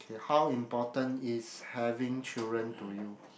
ya how important is having children to you